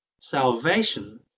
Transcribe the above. salvation